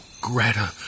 Greta